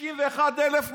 61,200